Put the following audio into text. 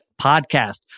podcast